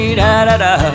da-da-da